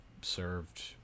served